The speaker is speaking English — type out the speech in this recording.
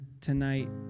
tonight